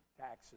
taxes